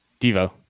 Devo